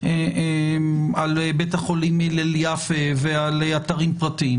על בית החולים הלל יפה ועל אתרים פרטיים.